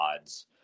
odds